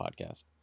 podcast